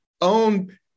own